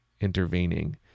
intervening